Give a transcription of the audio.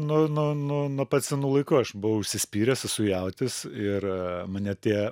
nu nu nu nuo pat senų laikų aš buvau užsispyręs esu jautis ir mane tie